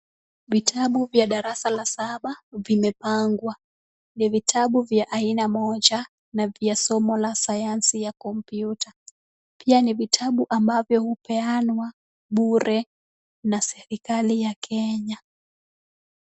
Vitabu vya darasa la saba vimepangwa. Ni vitabu vya aina moja na ni vya somo la sayansi ya komputa. Pia ni vitabu ambavyo hupeanwa bure na serikali ya Kenya.